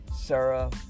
Sarah